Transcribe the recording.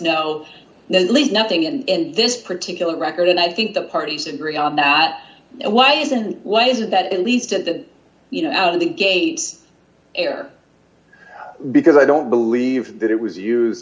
least nothing in this particular record and i think the parties agree on that why isn't why is it that at least at the you know out of the gate or because i don't believe that it was